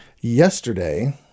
Yesterday